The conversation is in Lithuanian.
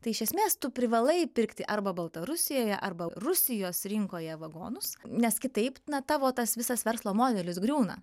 tai iš esmės tu privalai pirkti arba baltarusijoje arba rusijos rinkoje vagonus nes kitaip na tavo tas visas verslo modelis griūna